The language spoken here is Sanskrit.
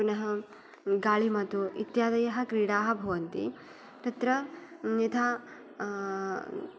पुन गालिमातु इत्यादय क्रीडा भवन्ति तत्र यथा